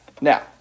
Now